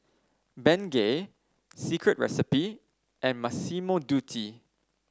Bengay Secret Recipe and Massimo Dutti